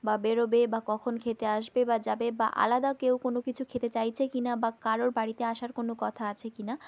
বা বেরোবে বা কখন খেতে আসবে বা যাবে বা আলাদা কেউ কোনো কিছু খেতে চাইছে কিনা বা কারোর বাড়িতে আসার কোনো কথা আছে কিনা